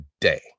day